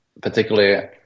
particularly